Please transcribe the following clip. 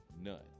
none